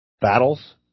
battles